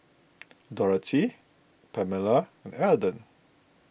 Dorathy Pamella and Alden